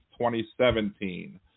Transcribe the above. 2017